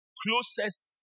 closest